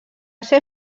ser